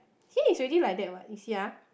he is already like that what you see ah